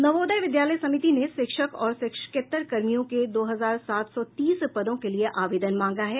नवोदय विद्यालय समिति ने शिक्षक और शिक्षकेत्तर कर्मियों के दो हजार सात सौ तीस पदों के लिए आवेदन मांगा है